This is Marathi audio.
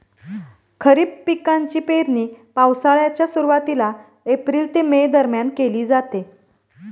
खरीप पिकांची पेरणी पावसाळ्याच्या सुरुवातीला एप्रिल ते मे दरम्यान केली जाते